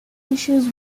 issues